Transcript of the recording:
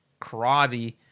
karate